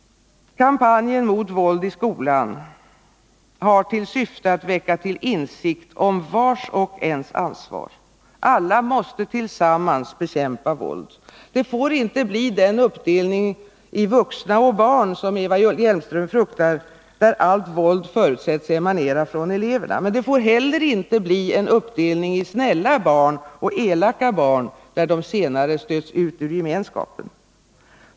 Kampanjen mot våldet i skolan har till syfte att väcka till insikt om vars och ens ansvar. Alla måste tillsammans bekämpa våld. Det får inte bli den uppdelning i vuxna och barn som Eva Hjelmström fruktar och där allt våld förutsätts emanera från eleverna. Men det får heller inte bli en uppdelning i snälla barn och elaka barn, där de senare stöts ut ur gemenskapen.